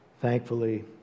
thankfully